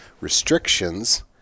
restrictions